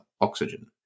oxygen